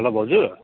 hello भाउजू